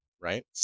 Right